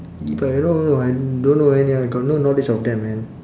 e-bike no no I don't know any I got no knowledge of them man